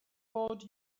boat